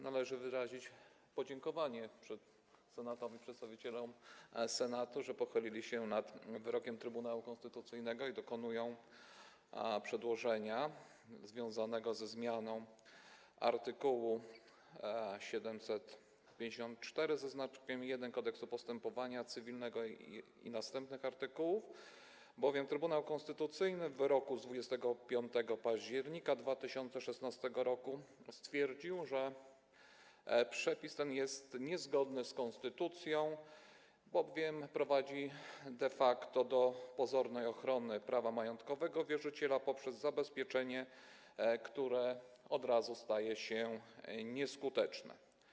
Należy wyrazić podziękowanie Senatowi i przedstawicielom Senatu, że pochylili się nad wyrokiem Trybunału Konstytucyjnego i dokonują przedłożenia związanego ze zmianą art. 754 Kodeksu postępowania cywilnego i następnych artykułów, bowiem Trybunał Konstytucyjny w wyroku z 25 października 2016 r. stwierdził, że przepis ten jest niezgodny z konstytucją, bowiem prowadzi de facto do pozornej ochrony prawa majątkowego wierzyciela poprzez zabezpieczenie, które od razu staje się nieskuteczne.